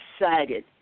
excited